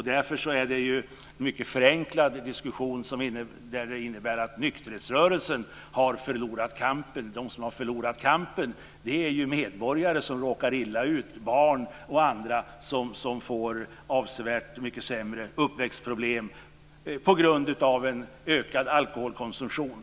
Därför är det en mycket förenklad diskussion som innebär att nykterhetsrörelsen har förlorat kampen. De som har förlorat kampen är medborgare som råkar illa ut. Det är barn och andra som får avsevärt mycket sämre uppväxt på grund av en ökad alkoholkonsumtion.